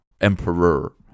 Emperor